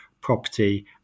property